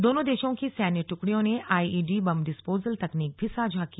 दोनों देशों की सैन्य ट्कड़ियों ने आईईडी बम डिस्पोजल तकनीक भी साझा की